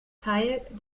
teil